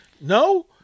no